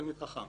תלמיד חכם.